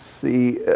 see